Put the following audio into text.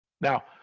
Now